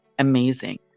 amazing